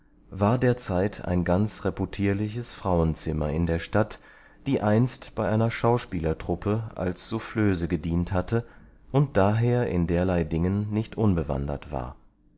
war derzeit ein ganz reputierliches frauenzimmer in der stadt die einst bei einer schauspielertruppe als souffleuse gedient hatte und daher in derlei dingen nicht unbewandert war